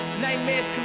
nightmares